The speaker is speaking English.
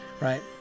Right